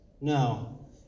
No